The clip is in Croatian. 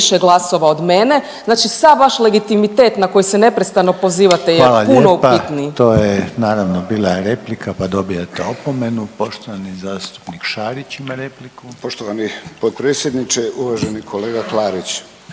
Hvala lijepa. To je naravno bila replika, pa dobijate opomenu. Poštovani zastupnik Šarić ima repliku. **Šarić, Josip (HDZ)** Poštovani potpredsjedniče, uvaženi kolega Klarić